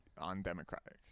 undemocratic